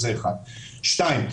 שניים,